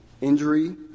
injury